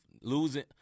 losing